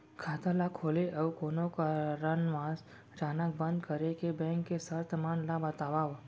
खाता ला खोले अऊ कोनो कारनवश अचानक बंद करे के, बैंक के शर्त मन ला बतावव